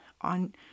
on